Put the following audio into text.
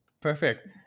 Perfect